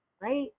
right